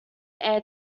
air